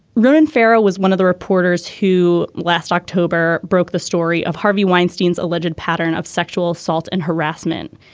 ronan farrow was one of the reporters who last october broke the story of harvey weinstein's alleged pattern of sexual assault and harassment.